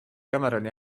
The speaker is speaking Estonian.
cameroni